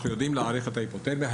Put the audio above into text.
אנחנו יודעים להעריך את ההיפותרמיה.